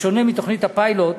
בשונה מתוכנית הפיילוט,